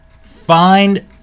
find